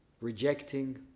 rejecting